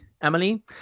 Emily